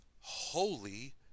holy